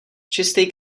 čistej